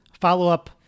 follow-up